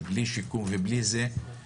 ובלי שיקום ובלי זה,